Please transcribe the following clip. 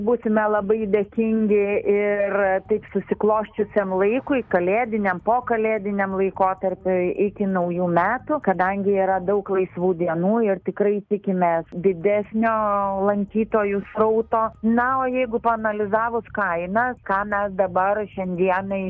būsime labai dėkingi ir taip susiklosčiusiam laikui kalėdiniam pokalėdiniam laikotarpiui iki naujų metų kadangi yra daug laisvų dienų ir tikrai tikimės didesnio lankytojų srauto na o jeigu paanalizavus kainą ką mes dabar šiandienai